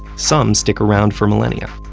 some stick around for millennia,